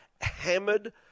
hammered